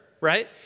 right